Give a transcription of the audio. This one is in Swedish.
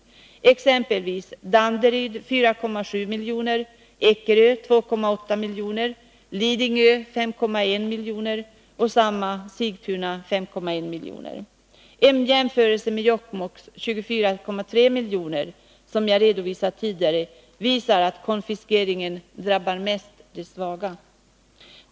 Som exempel kan jag nämna följande siffror: Danderyd 4,7 miljoner, Ekerö 2,8 miljoner, Lidingö 5,1 miljoner och Sigtuna 5,1 miljoner. En jämförelse med Jokkmokks 24,3 miljoner, som jag har redovisat tidigare, visar att konfiskeringen mest drabbar de svaga.